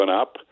up